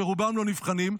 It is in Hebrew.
שרובם לא נבחנים,